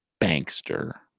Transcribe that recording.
bankster